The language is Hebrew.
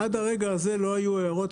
עד הרגע הזה לא היו הערות,